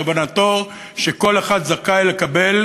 כוונתו שכל אחד זכאי לקבל